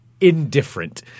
indifferent